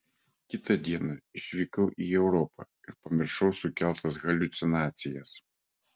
kitą dieną išvykau į europą ir pamiršau sukeltas haliucinacijas